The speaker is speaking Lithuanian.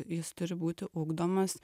jis turi būti ugdomas